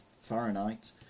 Fahrenheit